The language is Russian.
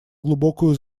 глубокую